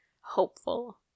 hopeful